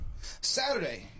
Saturday